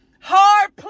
hard